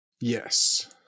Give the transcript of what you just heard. Yes